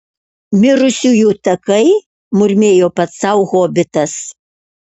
mirusiųjų takai murmėjo pats sau hobitas